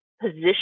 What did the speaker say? position